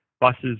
Buses